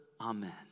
Amen